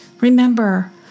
Remember